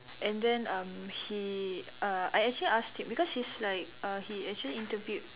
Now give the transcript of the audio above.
and then um he uh I actually asked him because he's like uh he actually interviewed